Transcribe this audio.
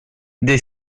des